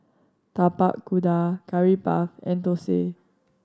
Tapak Kuda Curry Puff and thosai